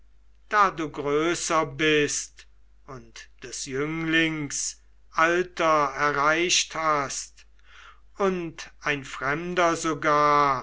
da du größer bist und des jünglings alter erreicht hast und ein fremder sogar